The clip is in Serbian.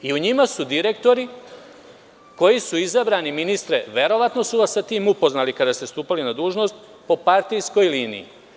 U njima su direktori koji su izabrani, ministre, verovatno su vas sa tim upoznali kada ste stupali na dužnost, po partijskoj liniji?